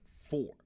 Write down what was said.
four